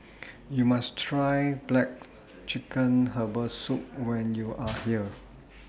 YOU must Try Black Chicken Herbal Soup when YOU Are here